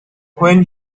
when